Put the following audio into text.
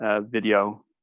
video